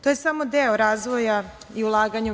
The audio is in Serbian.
To je samo deo razvoja i ulaganja u MUP.